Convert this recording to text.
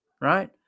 right